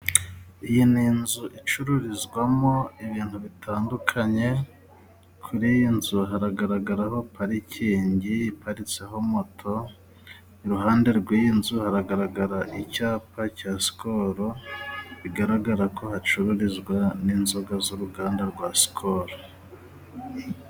Iyi ni inzu icururizwamo ibintu bitandukanye. Kuri iyi nzu haragaragaraho parikingi iparitseho moto. Iruhande rw'iyi nzu hagaragara icyapa cya Sikoro bigaragara ko hacururizwa n'inzoga z'uruganda rwa Sikoro.